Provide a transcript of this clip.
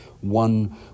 one